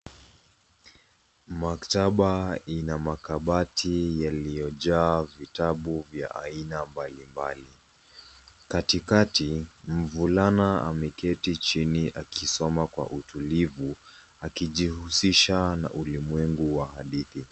Maktaba ina makabati yaliyojaa vitabu vya aina mbalimbali. Katikati, mvulana ameketi chini akisoma kwa utulivu, akijihusisha na ulimwengu wa hadithi.